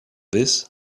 this